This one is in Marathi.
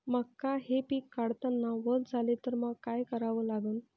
मका हे पिक काढतांना वल झाले तर मंग काय करावं लागन?